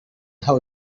how